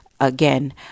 again